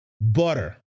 butter